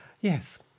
yes